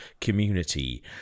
community